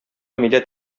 милләт